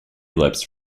lips